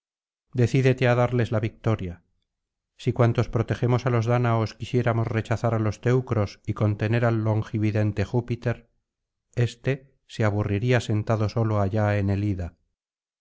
decídete á darles la victoria si cuantos protegemos á los dáñaos quisiéramos rechazar á los teucros y contener al longividente júpiter éste se aburriría sentado solo allá en el ida